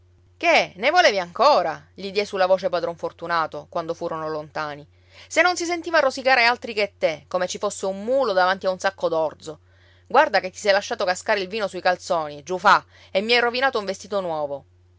che ne volevi ancora gli diè sulla voce padron fortunato quando furono lontani se non si sentiva rosicare altri che te come ci fosse un mulo davanti a un sacco d'orzo guarda che ti sei lasciato cascare il vino sui calzoni giufà e mi hai rovinato un vestito nuovo